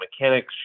mechanics